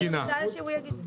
אני רוצה שהוא יגיד לי.